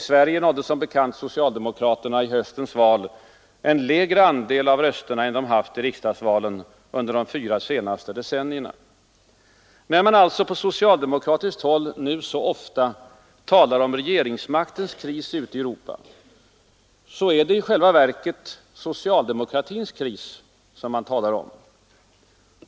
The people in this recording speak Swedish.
I Sverige nådde socialdemokraterna i höstens val en lägre andel av rösterna än de haft i riksdagsvalen under de fyra senaste decennierna. När man alltså på socialdemokratiskt håll nu så ofta talar om ”regeringsmaktens kris” ute i Europa, då är det i själva verket ”socialdemokratins kris” man talar om.